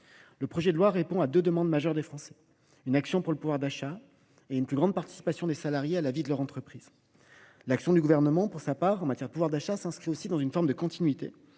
Ce projet de loi répond à deux demandes majeures des Français : une action pour le pouvoir d’achat et une plus grande participation des salariés à la vie de leur entreprise. L’action du Gouvernement en matière de pouvoir d’achat s’inscrit dans une continuité